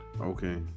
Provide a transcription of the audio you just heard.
Okay